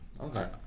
Okay